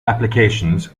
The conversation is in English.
applications